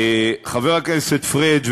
חבר הכנסת פריג',